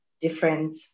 different